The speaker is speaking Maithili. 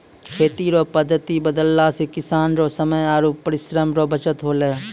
खेती रो पद्धति बदलला से किसान रो समय आरु परिश्रम रो बचत होलै